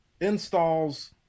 installs